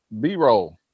B-roll